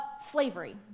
slavery